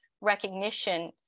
recognition